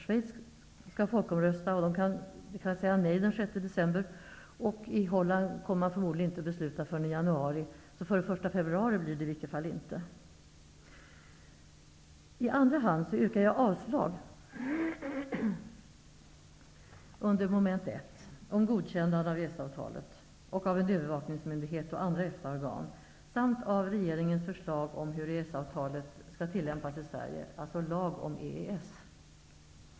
Schweiz skall folkomrösta och kan säga nej den 6 december. I Holland kommer man förmodligen inte att besluta förrän i januari. Så före den 1 februari blir det i varje fall helt. I andra hand yrkar jag avslag på utskottets hemställan under moment 1, om godkännande av EES-avtalet, om inrättande av en övervakningsmyndighet och andra EFTA-organ, samt på regeringens förslag om hur EES-avtalet skall tillämpas i Sverige, alltså lag om EES.